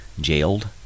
jailed